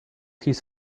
his